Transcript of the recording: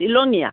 শ্বিলঙীয়া